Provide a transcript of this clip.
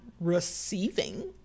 receiving